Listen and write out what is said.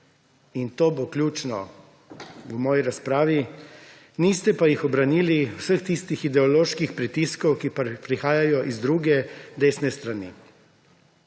in to bo ključno v moji razpravi – niste pa jih obranili vseh tistih ideoloških pritiskov, ki prihajajo z druge, desne strani.